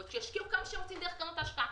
שישקיעו כמה שהם רוצים דרך קרנות ההשקעה,